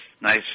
nice